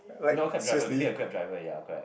not cab driver maybe a Grab driver ya correct